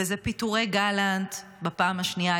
וזה פיטורי גלנט בפעם השנייה,